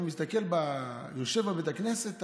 יושב בבית הכנסת,